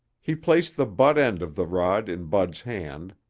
he placed the butt end of the rod in bud's hand,